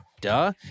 duh